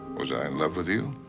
was i in love with you,